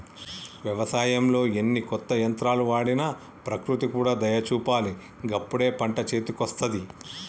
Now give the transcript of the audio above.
వ్యవసాయంలో ఎన్ని కొత్త యంత్రాలు వాడినా ప్రకృతి కూడా దయ చూపాలి గప్పుడే పంట చేతికొస్తది